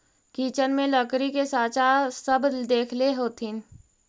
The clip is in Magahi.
किचन में लकड़ी के साँचा सब देखले होथिन